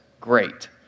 great